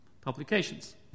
publications